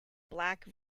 black